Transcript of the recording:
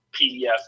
PDF